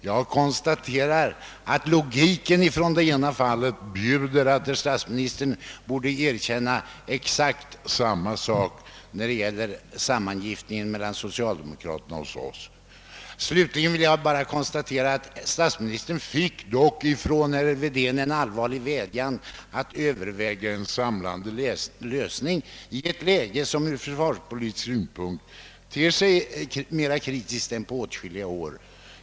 Statsministern borde då i logikens namn erkänna att inte heller vi tagit ställning i sakfrågan i och med att vi lagt fram ett utredningsalternativ, som föranlett detta försök till »sammangiftning» av mellanpartierna med socialdemokratin. Slutligen vill jag konstatera, att statsministern fick en allvarlig vädjan från herr Wedén att noga överväga en samlande lösning i detta läge, som ur försvarspolitisk synpunkt ter sig mer kritiskt än på många år.